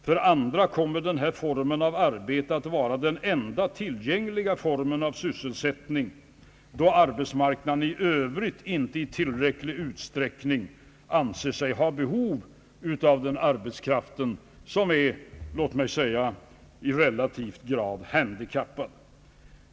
För andra kommer denna form av arbete att vara den enda tillgängliga formen av sysselsättning, då arbetsmarknaden i övrigt inte i tillräcklig utsträckning anser sig ha behov av arbetskraft som är låt mig säga i relativ grad handikappad.